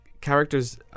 characters